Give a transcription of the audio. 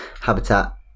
habitat